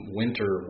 winter